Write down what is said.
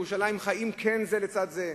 בירושלים כן חיים זה לצד זה,